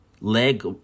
leg-